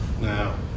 Now